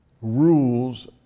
Rules